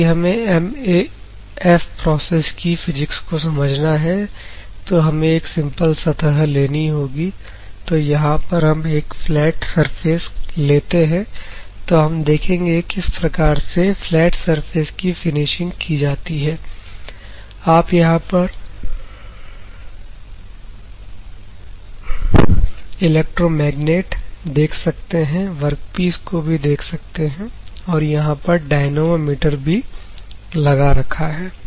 तो यदि हमें MAF प्रोसेस की फिजिक्स को समझना है तो हमें एक सिंपल सतह लेनी होगी तो यहां पर हम एक फ्लैट सर्फेस लेते हैं तो हम देखेंगे किस प्रकार से फ्लैट सर्फेस की फिनिशिंग की जाती है आप यहां पर इलेक्ट्रोमैग्नेट देख सकते हैं वर्कपीस को भी देख सकते हैं और यहां पर डाइनेमोमीटर भी लगा रखा है